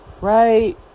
right